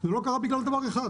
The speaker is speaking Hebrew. זה לא קרה בגלל דבר אחד: